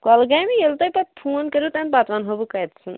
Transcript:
کۄلگامے ییٚلہِ تۄہہِ پَتہٕ فون کٔرِو تمہِ پَتہٕ وَنہو بہٕ کَتتھَن